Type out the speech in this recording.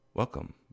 Welcome